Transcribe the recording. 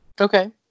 Okay